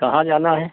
कहाँ जाना है